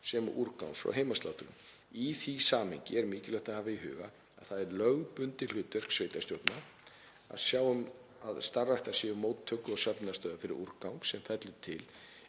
sem og úrgangs frá heimaslátrun. Í því samhengi er mikilvægt að hafa í huga að það er lögbundið hlutverk sveitarstjórna að sjá um að starfræktar séu móttöku- og söfnunarstöðvar fyrir úrgang sem fellur til